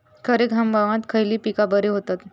खरीप हंगामात खयली पीका बरी होतत?